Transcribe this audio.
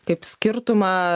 kaip skirtumą